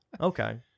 Okay